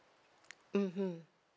mmhmm